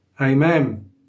amen